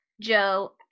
Joe